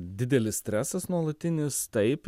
didelis stresas nuolatinis taip